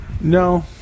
No